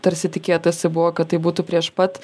tarsi tikėtasi buvo kad tai būtų prieš pat